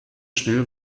schnell